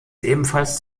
ebenfalls